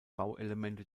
bauelemente